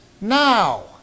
now